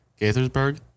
Gaithersburg